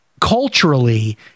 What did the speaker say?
culturally